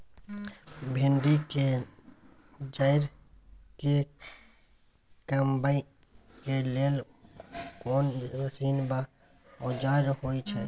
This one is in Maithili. भिंडी के जईर के कमबै के लेल कोन मसीन व औजार होय छै?